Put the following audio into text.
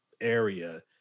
area